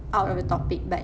out of the topic but